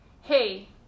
hey